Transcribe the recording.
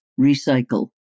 recycle